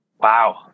Wow